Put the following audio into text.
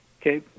Okay